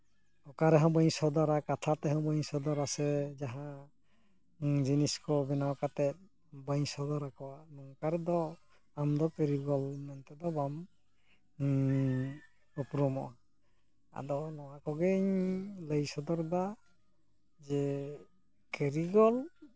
ᱚᱠᱟᱨᱮᱦᱚᱸ ᱵᱟᱹᱧ ᱥᱚᱫᱚᱨᱟ ᱠᱟᱛᱷᱟ ᱛᱮᱦᱚᱸ ᱵᱟᱹᱧ ᱥᱚᱫᱚᱨᱟ ᱥᱮ ᱡᱟᱦᱟᱸ ᱡᱤᱱᱤᱥ ᱠᱚ ᱵᱮᱱᱟᱣ ᱠᱟᱛᱮ ᱵᱟᱹᱧ ᱥᱚᱫᱚᱨᱟᱠᱚᱣᱟ ᱱᱚᱝᱠᱟ ᱨᱮᱫᱚ ᱟᱢᱫᱚ ᱠᱟᱹᱨᱤᱜᱚᱞ ᱢᱮᱱᱛᱮ ᱫᱚ ᱵᱟᱢ ᱩᱯᱨᱩᱢᱚᱜᱼᱟ ᱟᱫᱚ ᱱᱚᱣᱟ ᱠᱚᱜᱤᱧ ᱞᱟᱹᱭ ᱥᱚᱫᱚᱨᱮᱫᱟ ᱡᱮ ᱠᱟᱹᱨᱤᱜᱚᱞ